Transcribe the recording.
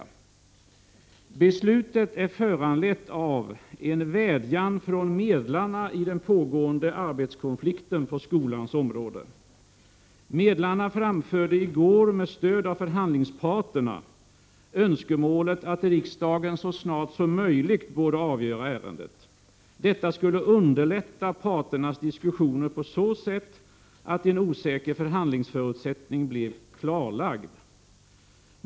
Beslutet är föranlett av en vädjan från medlarna i den pågående arbetskonflikten på skolans område. Medlarna framförde i går med stöd av förhandlingsparterna önskemålet att riksdagen så snart som möjligt borde avgöra ärendet. Detta skulle underlätta parternas diskussioner på så sätt att en osäker förhandlingsförutsättning blir klarlagd.